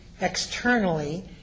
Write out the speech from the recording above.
externally